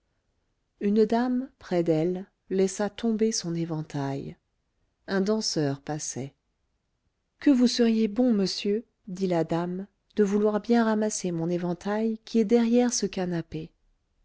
une dame près d'elle laissa tomber son éventail un danseur passait que vous seriez bon monsieur dit la dame de vouloir bien ramasser mon éventail qui est derrière ce canapé